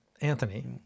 Anthony